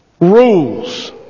Rules